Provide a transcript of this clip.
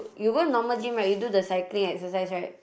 you go normal gym right you do the cycling exercise right